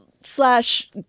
slash